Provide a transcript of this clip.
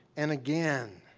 and again.